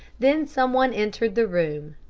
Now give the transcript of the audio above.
then some one entered the room.